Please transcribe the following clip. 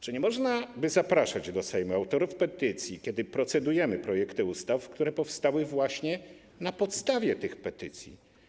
Czy nie można by zapraszać do Sejmu autorów petycji, kiedy procedujemy nad projektami ustaw, które powstały właśnie na podstawie tych petycji?